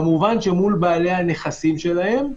כמובן שגם מול בעלי הנכסים שלהם,